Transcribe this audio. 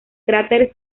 cráter